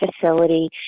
facility